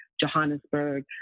Johannesburg